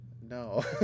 no